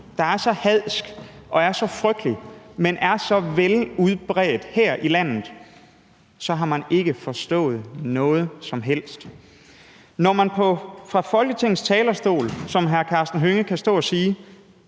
der er så hadsk og er så frygtelig, men er så udbredt her i landet, så har man ikke forstået noget som helst. Når man fra Folketingets talerstol, som hr. Karsten Hønge gør, kan stå og